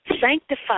sanctify